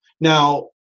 now